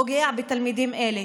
פוגע בתלמידים אלה,